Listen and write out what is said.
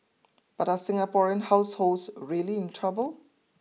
but are Singaporean households really in trouble